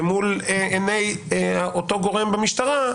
ומול עיני אותו גורם במשטרה,